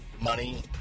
money